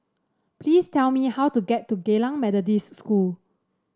please tell me how to get to Geylang Methodist School